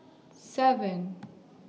seven